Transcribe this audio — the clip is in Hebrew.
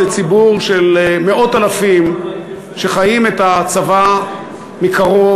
זה ציבור של מאות אלפים שחיים את הצבא מקרוב,